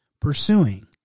pursuing